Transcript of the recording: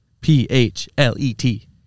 P-H-L-E-T